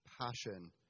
passion